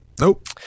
Nope